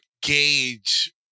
gauge